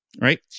Right